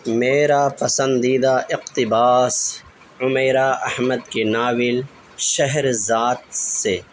میرا پسندیدہ اقتباس عمیرہ احمد کے ناول شہرزاد سے